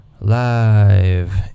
Live